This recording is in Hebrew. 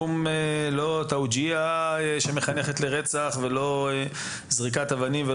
לא התאוג'יהי שמחנכת לרצח ולא זריקת אבנים,